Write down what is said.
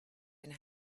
and